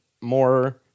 more